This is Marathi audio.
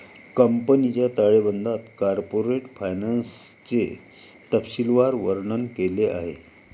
कंपनीच्या ताळेबंदात कॉर्पोरेट फायनान्सचे तपशीलवार वर्णन केले आहे